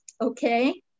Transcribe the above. Okay